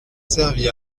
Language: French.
servi